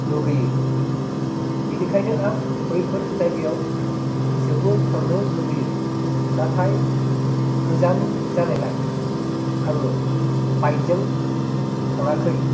लुगैयो बिनिखायनो आं बैफोर जायगायाव जोबोद थांनो लुबैयो नाथाय गोजान जानायलाय आङो बाइकजों थाङाखै